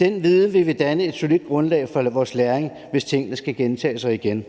Den viden vil danne et solidt grundlag for vores læring, hvis tingene skulle gentage sig.